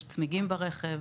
יש צמיגים ברכב.